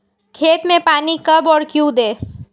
खेत में पानी कब और क्यों दें?